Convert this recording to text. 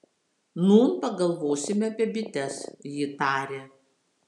nūn pagalvosime apie bites ji tarė